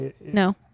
no